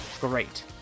great